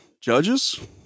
judges